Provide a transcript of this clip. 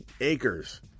acres